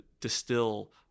distill